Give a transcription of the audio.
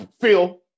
Phil